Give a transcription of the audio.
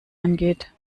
angeht